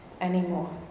anymore